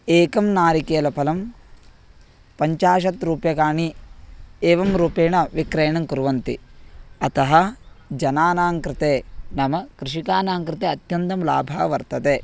एकं नारिकेलफलं पञ्चाशत् रूप्यकाणि एवं रूपेण विक्रयणं कुर्वन्ति अतः जनानां कृते नाम कृषकाणां कृते अत्यन्तं लाभः वर्तते